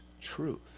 truth